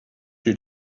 you